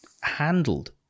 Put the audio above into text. handled